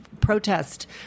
protest